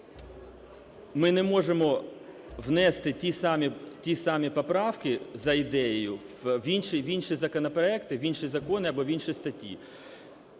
ми не можемо внести ті самі поправки за ідеєю в інші законопроекти, в інші закони або в інші статті.